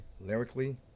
lyrically